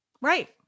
Right